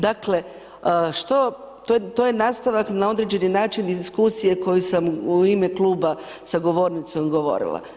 Dakle, što, to je nastavak na određeni način iz diskusije koju sam u ime kluba za govornicom govorila.